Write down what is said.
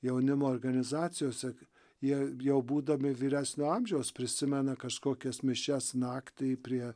jaunimo organizacijose kai jie jau būdami vyresnio amžiaus prisimena kažkokias mišias naktį prie